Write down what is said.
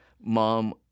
Mom